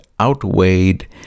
outweighed